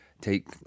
take